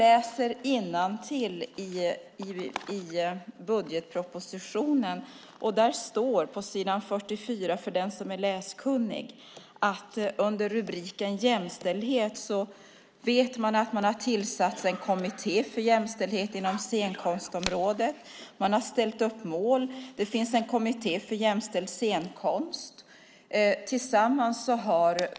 Den som är läskunnig kan på s. 44 under rubriken Jämställdhet i budgetpropositionen läsa att en kommitté för jämställdhet inom scenkonstområdet har tillsatts. Man har satt upp mål. Det finns också en kommitté för jämställd scenkonst.